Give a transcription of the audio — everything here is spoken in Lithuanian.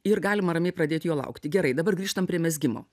ir galima ramiai pradėt jo laukti gerai dabar grįžtam prie mezgimo